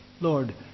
Lord